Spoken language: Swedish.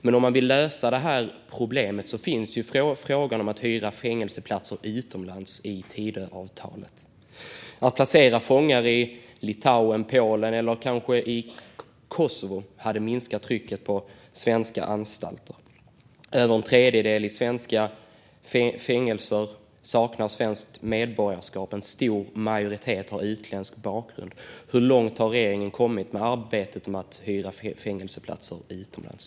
Men om man vill lösa det här problemet finns ju frågan om att hyra fängelseplatser utomlands i Tidöavtalet. Att placera fångar i Litauen, Polen eller kanske Kosovo skulle minska trycket på svenska anstalter. Över en tredjedel i svenska fängelser saknar svenskt medborgarskap, och en stor majoritet har utländsk bakgrund. Hur långt har regeringen kommit i arbetet med att hyra fängelseplatser utomlands?